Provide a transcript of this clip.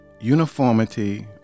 uniformity